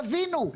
תבינו,